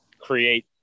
create